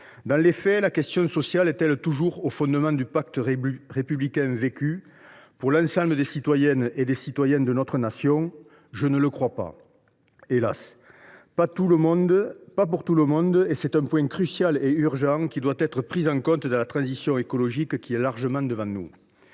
Dans les faits, la question sociale est elle toujours au fondement du pacte républicain vécu par l’ensemble des citoyennes et des citoyens de notre Nation ? Je ne le crois pas, hélas ! Pas pour tout le monde ! C’est un point crucial et urgent qui doit être pris en compte dans la transition écologique, qui est largement devant nous.